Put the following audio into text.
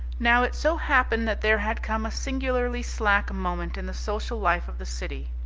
now it so happened that there had come a singularly slack moment in the social life of the city.